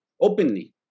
openly